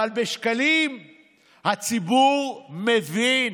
אבל בשקלים הציבור מבין.